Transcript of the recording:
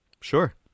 Sure